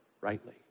rightly